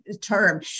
term